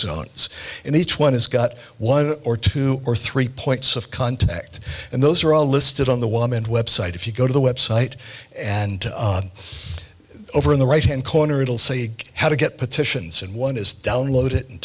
zones and each one has got one or two or three points of contact and those are all listed on the wall and website if you go to the website and over on the right hand corner it'll say how to get petitions and one is download it and